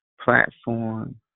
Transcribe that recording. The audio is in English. platform